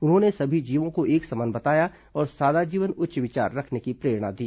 उन्होंने सभी जीवों को एक समान बताया और सादा जीवन उच्च विचार रखने की प्रेरणा दी